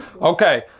Okay